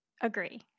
Agree